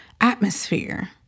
atmosphere